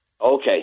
Okay